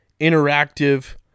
interactive